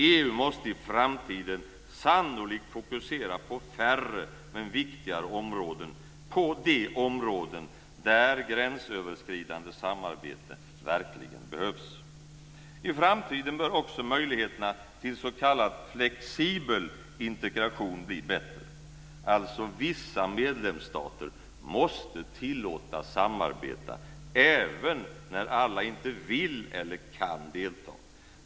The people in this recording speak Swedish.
EU måste i framtiden sannolikt fokusera på färre men viktigare områden, de områden där gränsöverskridande samarbete verkligen behövs. I framtiden bör också möjligheterna till s.k. flexibel integration bli bättre. Vissa medlemsstater måste tillåtas att samarbeta även när alla inte vill eller kan delta.